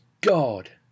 God